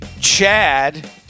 Chad